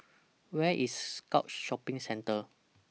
Where IS Scotts Shopping Centre